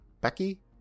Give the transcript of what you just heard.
Becky